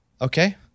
Okay